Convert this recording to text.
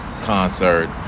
concert